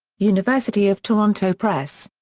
university of toronto press.